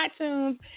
iTunes